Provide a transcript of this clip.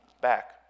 back